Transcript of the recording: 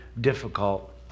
difficult